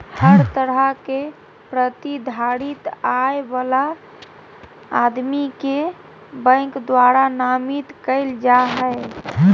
हर तरह के प्रतिधारित आय वाला आदमी के बैंक द्वारा नामित कईल जा हइ